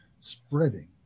spreading